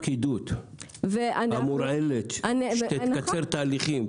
אין לך את הפקידות המורעלת שתקצר תהליכים,